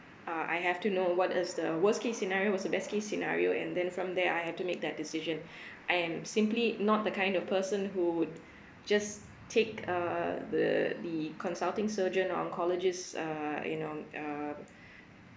uh I have to know what is the worst case scenario what's the best case scenario and then from there I have to make that decision and simply not the kind of person who would just take uh the the consulting surgeon or oncologist err you know err